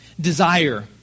desire